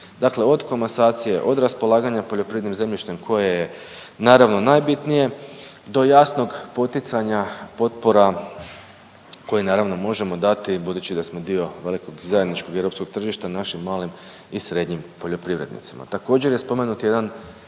Dakle, od komasacije, od raspolaganja poljoprivrednim zemljištem koje je naravno najbitnije do jasnog poticanja potpora koje naravno možemo dati budući da smo velikog zajedničkog europskog tržišta našim malim i srednjim poljoprivrednicima.